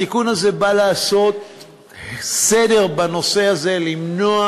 התיקון הזה בא לעשות סדר בנושא הזה ולמנוע